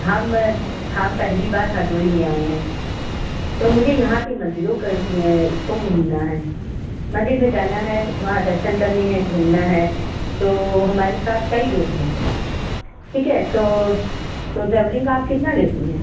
हम हम पहली बार हरदोई में आए हैं तो मुझे यहाँ के मन्दिरों को को घूमना है मन्दिर में जाना है वहाँ दर्शन करने हैं घूमना है तो हमारे साथ कई लोग हैं ठीक है तो तो ट्रैवलिंग का आप कितना लेती हैं